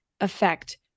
affect